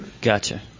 gotcha